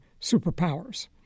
superpowers